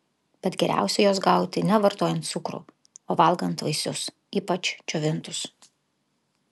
bet geriausiai jos gauti ne vartojant cukrų o valgant vaisius ypač džiovintus